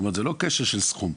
כלומר זה לא כשל של סכום.